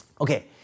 Okay